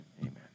amen